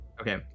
okay